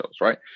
right